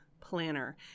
Planner